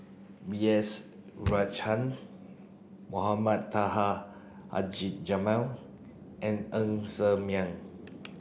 B S Rajhans Mohamed Taha Haji Jamil and Ng Ser Miang